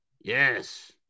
Yes